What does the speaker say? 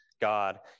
God